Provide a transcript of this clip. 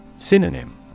Synonym